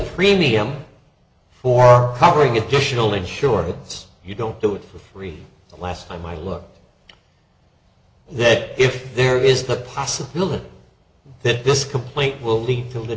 premium for covering additional insurance you don't do it for free the last time i look at that if there is the possibility that this complaint will lead to li